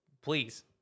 please